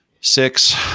six